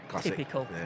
Typical